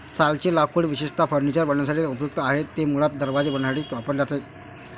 सालचे लाकूड विशेषतः फर्निचर बनवण्यासाठी उपयुक्त आहे, ते मुळात दरवाजे बनवण्यासाठी वापरले जाते